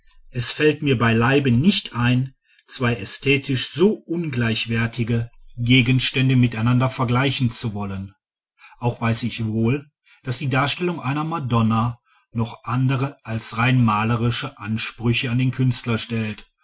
es fällt mir beileibe nicht ein zwei ästhetisch so ungleichwertige gegenstände miteinander vergleichen zu wollen auch weiß ich wohl daß die darstellung einer madonna noch andere als rein malerische ansprüche an den künstler stellt